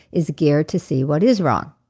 is geared to see what is wrong,